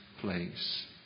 place